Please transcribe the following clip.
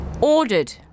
Ordered